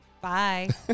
Bye